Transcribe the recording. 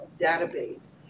database